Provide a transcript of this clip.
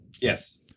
Yes